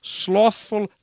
slothful